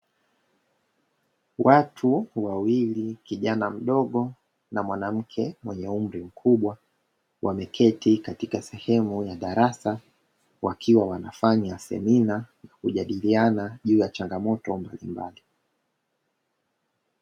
Watu wawili kijana mdogo na mwanamke mwenye umri mkubwa wameketi katika sehemu ya darasa, wakiwa wanafanya semina kujadiliana juu ya changamoto mbalimbali.